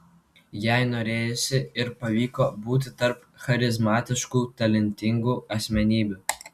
jai norėjosi ir pavyko būti tarp charizmatiškų talentingų asmenybių